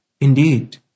Indeed